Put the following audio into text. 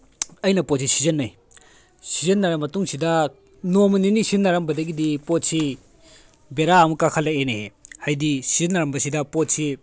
ꯑꯩꯅ ꯄꯣꯠꯁꯤ ꯁꯤꯖꯤꯟꯅꯩ ꯁꯤꯖꯤꯟꯅꯔꯕ ꯃꯇꯨꯡꯁꯤꯗ ꯅꯣꯡꯃ ꯅꯤꯅꯤ ꯁꯤꯖꯤꯟꯅꯔꯝꯕꯗꯒꯤꯗꯤ ꯄꯣꯠꯁꯤ ꯕꯦꯔꯥ ꯑꯃ ꯀꯥꯈꯠꯂꯛꯑꯦꯅꯦꯍꯦ ꯍꯥꯏꯗꯤ ꯁꯤꯖꯤꯟꯅꯔꯝꯕꯁꯤꯗ ꯄꯣꯠꯁꯤ